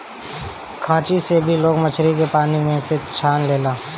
खांची से भी लोग मछरी के पानी में से छान लेला